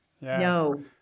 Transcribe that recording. No